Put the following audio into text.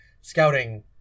scouting